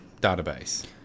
database